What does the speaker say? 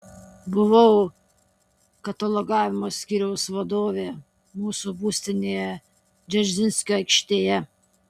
buvau katalogavimo skyriaus vadovė mūsų būstinėje dzeržinskio aikštėje